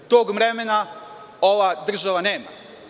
Tog vremena ova država nema.